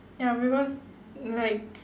ya because like